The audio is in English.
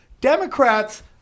Democrats